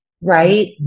Right